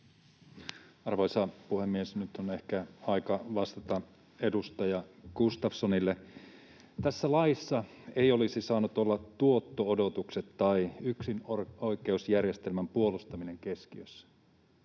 Arvoisa puhemies! Nyt on ehkä aika vastata edustaja Gustafssonille. Tässä laissa eivät olisi saaneet olla keskiössä tuotto-odotukset tai yksinoikeusjärjestelmän puolustaminen. Tässä